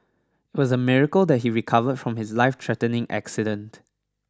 it was a miracle that he recovered from his lifethreatening accident